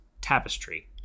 tapestry